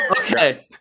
Okay